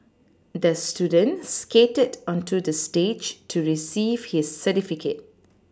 the student skated onto the stage to receive his certificate